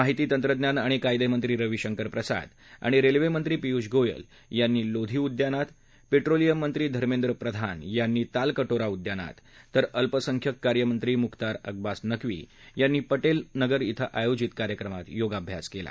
माहिती तंत्रज्ञान आणि कायदेमंत्री रविशंकर प्रसाद आणि रेल्वेमंत्री पीयुष गोयल यांनी लोधी उद्यानात पेट्रोलिअममंत्री धमेंद्र प्रधान यांनी तालकटोरा उद्यानात तर अल्पसंख्यक कार्यमंत्री मुख्तार अब्बास नकवी यांनी पटेल नगर इथं आयोजित कार्यक्रमात योगाभ्यास केला